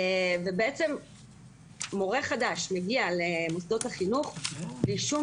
בעצם מורה חדש מגיע למוסדות החינוך בלי שום